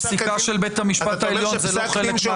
הפסיקה של בית המשפט העליון זה לא חלק מהדין.